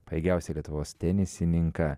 pajėgiausią lietuvos tenisininką